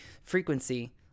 frequency